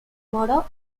moro